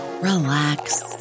relax